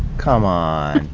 come on.